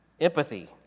empathy